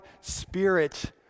spirit